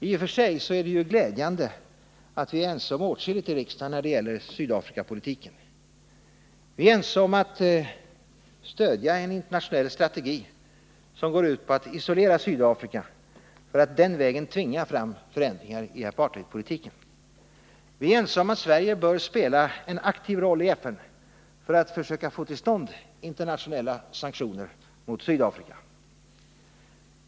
I och för sig är det ju glädjande att vi är ense om åtskilligt i riksdagen när det gäller Sydafrikapolitiken. Vi är ense om att stödja en internationell strategi som går ut på att isolera Sydafrika för att den vägen tvinga fram förändringar i apartheidpolitiken. Vi är ense om att Sverige bör spela en aktiv roll i FN för att försöka få till stånd internationella sanktioner mot Sydafrika.